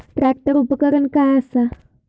Tractor उपकरण काय असा?